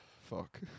fuck